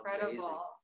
incredible